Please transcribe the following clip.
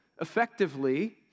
effectively